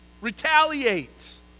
Retaliate